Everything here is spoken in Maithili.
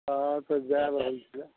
हँ तऽ जाए रहल छियै